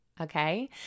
Okay